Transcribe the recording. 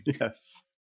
Yes